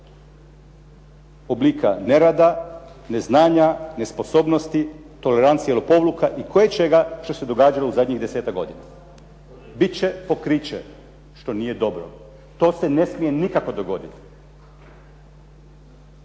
oblika nerada, neznanja, nesposobnosti, tolerancije, lopovluha i koječega što se dešavalo u zadnjih 10-ak godina. Biti će pokriće što nije dobro, to se ne smije nikako dogoditi.